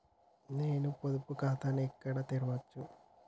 నేను పొదుపు ఖాతాను ఎక్కడ తెరవచ్చు?